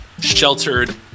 sheltered